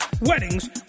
weddings